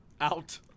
Out